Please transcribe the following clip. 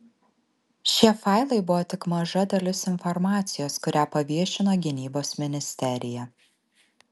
šie failai buvo tik maža dalis informacijos kurią paviešino gynybos ministerija